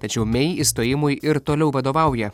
tačiau mei išstojimui ir toliau vadovauja